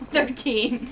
Thirteen